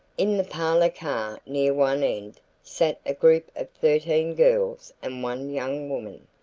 in the parlor car near one end sat a group of thirteen girls and one young woman.